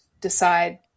decide